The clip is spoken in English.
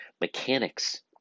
mechanics